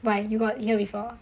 but you got hear before